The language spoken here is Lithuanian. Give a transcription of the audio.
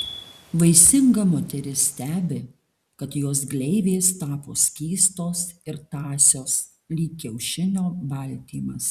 vaisinga moteris stebi kad jos gleivės tapo skystos ir tąsios lyg kiaušinio baltymas